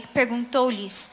perguntou-lhes